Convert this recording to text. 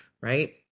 right